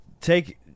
take